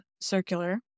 circular